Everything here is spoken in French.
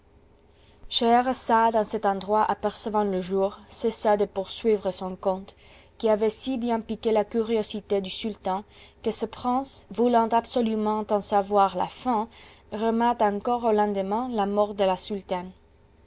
scheherazade en cet endroit apercevant le jour cessa de poursuivre son conte qui avait si bien piqué la curiosité du sultan que ce prince voulant absolument en savoir la fin remit encore au lendemain la mort de la sultane